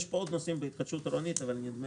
יש פה עוד נושאים בהתחדשות עירונית אבל נדמה